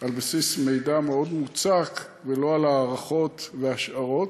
על בסיס מידע מאוד מוצק ולא על בסיס הערכות והשערות,